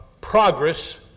progress